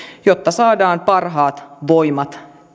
jotta saadaan parhaat voimat